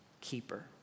keeper